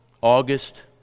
August